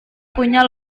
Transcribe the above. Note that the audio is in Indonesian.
punya